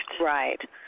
Right